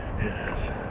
Yes